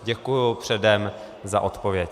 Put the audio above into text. Děkuju předem za odpověď.